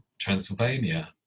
Transylvania